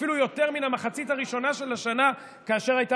אפילו יותר מן המחצית הראשונה של השנה כאשר אתה היית.